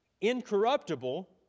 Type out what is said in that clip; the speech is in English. incorruptible